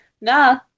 nah